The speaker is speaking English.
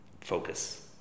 focus